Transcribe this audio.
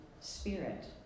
Spirit